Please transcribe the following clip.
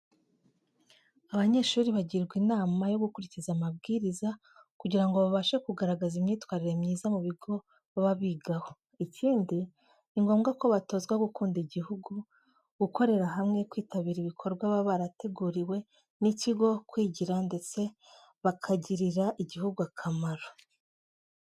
Abanyeshuri bagirwa inama yo gukurikiza amabwiriza kugira ngo babashe kugaragaza imyitwarire myiza mu bigo baba bigaho. Ikindi, ni ngombwa ko batozwa gukunda igihugu, gukorera hamwe, kwitabira ibikorwa baba barateguriwe n'ikigo, kwigira ndetse bakagirira igihugu akamaro.